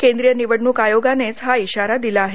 केंद्रीय निवडणूक आयोगानेच हा इशारा दिला आहे